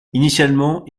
initialement